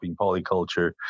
polyculture